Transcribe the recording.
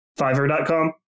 fiverr.com